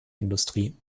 industrie